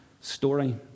story